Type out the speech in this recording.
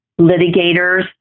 litigators